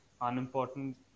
unimportant